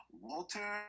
Walter